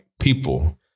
people